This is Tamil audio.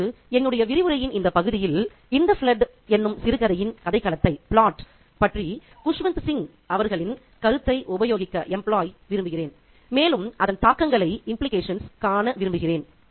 இப்போது என்னுடைய விரிவுரையின் இந்த பகுதியில் இன் த ஃப்ளட்' எனும் சிறுகதையின் கதைக்களத்தை பற்றி குஸ்வந்த் சிங் அவர்களின் கருத்தை உபயோகிக்க விரும்புகிறேன் மேலும் அதன் தாக்கங்களைக் காண விரும்புகிறேன்